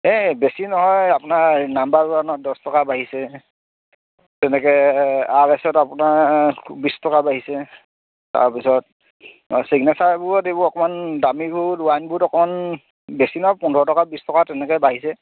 এই বেছি নহয় আপোনাৰ নাম্বাৰ ওৱানত দহ টকা বাঢ়িছে তেনেকৈ আৰ এছত আপোনাৰ বিছ টকা বাঢ়িছে তাৰপিছত অঁ ছিগনেচাৰবোৰত এইবোৰ অকমান দামীবোৰত ৱাইনবোৰত অকণ বেছি নহয় পোন্ধৰ টকা বিছ টকা তেনেকৈ বাঢ়িছে